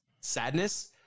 sadness